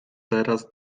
teraz